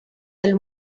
del